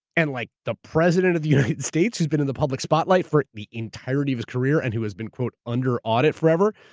and like the president of the united states who has been in the public spotlight for the entirety of his career, and who has been, quote, under audit forever.